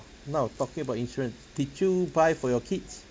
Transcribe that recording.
now talking about insurance did you buy for your kids